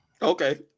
Okay